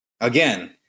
again